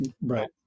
Right